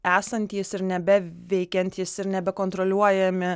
esantys ir nebeveikiantys ir nebekontroliuojami